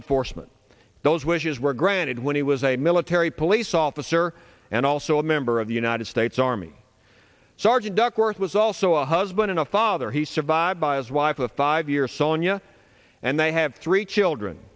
enforcement those wishes were granted when he was a military police officer and also a member of the united states army sergeant duckworth was also a husband and a father he survived by his wife of five years sonya and they have three children